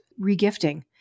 regifting